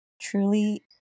Truly